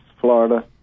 Florida